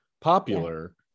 popular